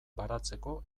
baratzeko